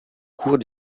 cours